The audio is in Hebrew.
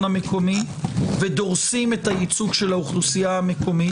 המקומי ודורסים את הייצוג של האוכלוסייה המקומית.